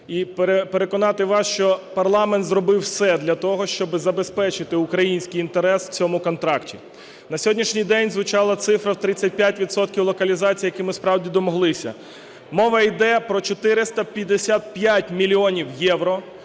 і переконати вас, що парламент зробив все для того, щоб забезпечити український інтерес в цьому контракті. На сьогоднішній день звучала цифра 35 відсотків локалізації, яких ми справді домоглися. Мова йде про 455 мільйонів євро,